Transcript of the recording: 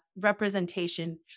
representation